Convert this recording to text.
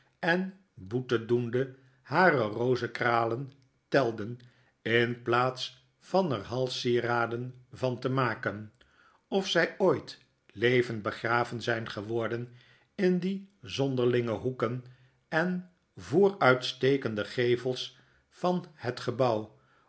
en boetedoende hare rozekralen telden in plaats van er halssieraden van te maken of zy ooit levend begraven zjjn geworden in die zonderlinge hoeken en vooruitstekende gevels van het gebouw